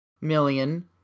million